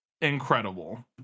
Incredible